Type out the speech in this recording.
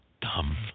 dumb